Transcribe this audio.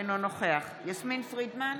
אינו נוכח יסמין פרידמן,